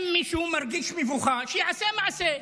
אם מישהו מרגיש מבוכה, שיעשה מעשה.